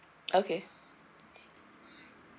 okay